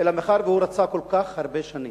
אלא מאחר שהוא ריצה כל כך הרבה שנים,